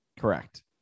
Correct